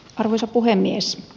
arvoisa puhemies